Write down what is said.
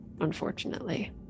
unfortunately